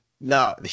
No